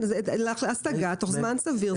השגה תוך זמן סביר.